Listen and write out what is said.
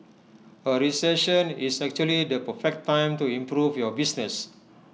A recession is actually the perfect time to improve your business